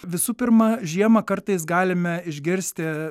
visų pirma žiemą kartais galime išgirsti